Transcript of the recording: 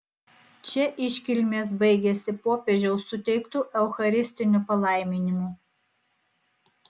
čia iškilmės baigėsi popiežiaus suteiktu eucharistiniu palaiminimu